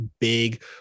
big